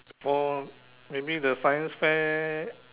or maybe the science fair